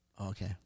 Okay